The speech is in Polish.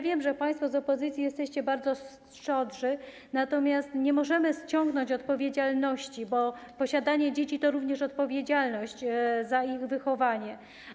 Wiem, że państwo z opozycji jesteście bardzo szczodrzy, natomiast nie możemy ściągnąć odpowiedzialności - bo posiadanie dzieci to również odpowiedzialność za ich wychowanie.